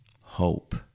hope